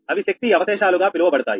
అవి శక్తి అవశేషాలుగా పిలువబడతాయి